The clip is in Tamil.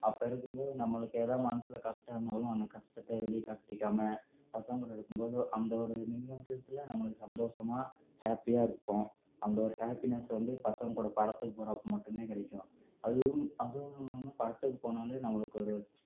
அப்போ இருக்கும்போது நம்மளுக்கு எதாவது மனசில் கஷ்டம் இருந்தாலும் அந்த கஷ்டத்த வெளிக்காட்டிக்காமல் பசங்களோடு இருக்கும்போது அந்த ஒரு நிமிஷத்தில் நம்மளுக்கு சந்தோஷமா ஹேப்பியாக இருப்போம் அந்த ஒரு ஹேப்பினஸ் வந்து பசங்கள் கூட படத்துக்கு போகிறப்ப மட்டுமே கிடைக்கும் அதுவும் அதுவும் இல்லாமல் படத்துக்கு போனாலே நம்மளுக்கு ஒரு